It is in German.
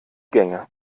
gänge